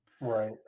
Right